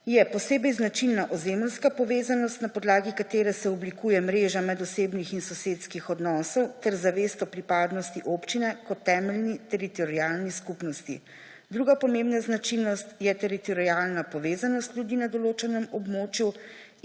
je posebej značilna ozemeljska povezanost, na podlagi katere se oblikuje mreža medosebnih in sosedskih odnosov ter zavest o pripadnosti občine kot temeljni teritorialni skupnosti. Druga pomembna značilnost je teritorialna povezanost ljudi na določenem območju